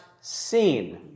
seen